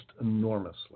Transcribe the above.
enormously